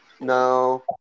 No